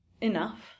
enough